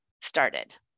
started